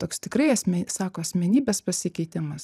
toks tikrai asmen sako asmenybės pasikeitimas